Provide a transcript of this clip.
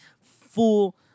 full